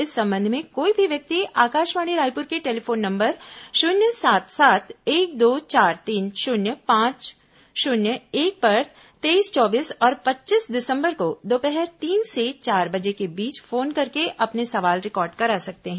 इस संबंध में कोई भी व्यक्ति आकाशवाणी रायपूर के टेलीफोन नंबर शून्य सात सात एक दो चार तीन शून्य पांच शून्य एक पर तेईस चौबीस और पच्चीस दिसंबर को दोपहर तीन से चार बजे के बीच फोन करके अपने सवाल रिकार्ड करा सकते हैं